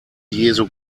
jesu